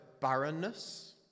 barrenness